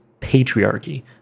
patriarchy